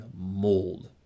mold